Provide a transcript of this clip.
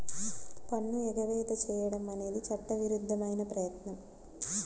పన్ను ఎగవేత చేయడం అనేది చట్టవిరుద్ధమైన ప్రయత్నం